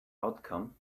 outcome